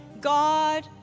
God